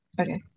Okay